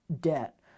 debt